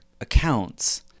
accounts